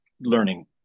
learning